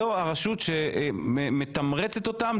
זאת הרשות שמתמרצת אותם,